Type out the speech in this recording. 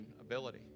ability